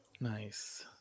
Nice